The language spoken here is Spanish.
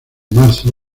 marzo